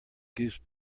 goose